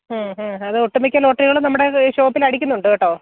അത് ഒട്ടുമിക്ക ലോട്ടറികളും നമ്മുടെ ഈ ഷോപ്പിലടിക്കുന്നുണ്ട് കേട്ടോ